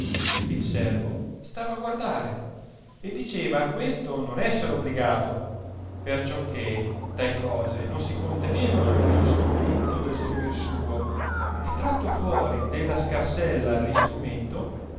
il servo stava a guardare e diceva a questo non esser obligato perciò che tai cose non si contenevano nell'insli'umenlo del servir suo e tratto fuori della scarsella t istrumento